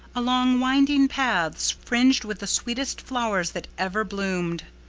along winding paths fringed with the sweetest flowers that ever bloomed,